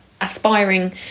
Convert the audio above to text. aspiring